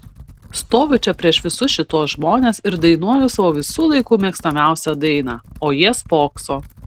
stoviu čia prieš visus šituos žmones ir dainuoju savo visų laikų mėgstamiausią dainą o jie spokso